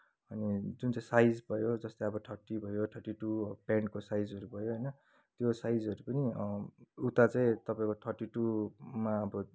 अनि जुन चाहिँ साइज भयो जस्तै अब थर्टी भयो थर्टी टू पेन्टको साइजहरू भयो होइन त्यो साइजहरू पनि उता चाहिँ तपाईँको थर्टी टूमा अब